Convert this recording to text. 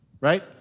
right